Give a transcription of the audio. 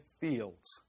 fields